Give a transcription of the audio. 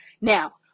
Now